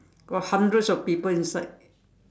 got hundreds of people inside